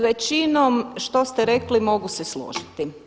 Većinom što ste rekli mogu se složiti.